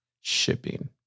shipping